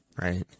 right